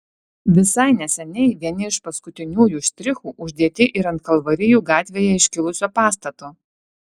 visai neseniai vieni iš paskutiniųjų štrichų uždėti ir ant kalvarijų gatvėje iškilusio pastato